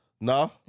No